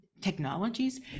technologies